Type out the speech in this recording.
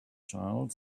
child